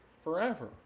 forever